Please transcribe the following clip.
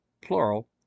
plural